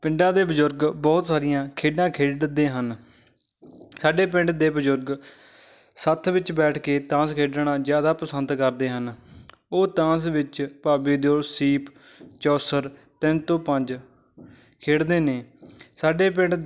ਪਿੰਡਾਂ ਦੇ ਬਜ਼ੁਰਗ ਬਹੁਤ ਸਾਰੀਆਂ ਖੇਡਾਂ ਖੇਡਦੇ ਹਨ ਸਾਡੇ ਪਿੰਡ ਦੇ ਬਜ਼ੁਰਗ ਸੱਥ ਵਿੱਚ ਬੈਠ ਕੇ ਤਾਸ਼ ਖੇਡਣਾ ਜ਼ਿਆਦਾ ਪਸੰਦ ਕਰਦੇ ਹਨ ਉਹ ਤਾਸ਼ ਵਿੱਚ ਭਾਬੀ ਦਿਓਰ ਸੀਪ ਚੌਸਰ ਤਿੰਨ ਤੋਂ ਪੰਜ ਖੇਡਦੇ ਨੇ ਸਾਡੇ ਪਿੰਡ